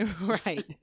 Right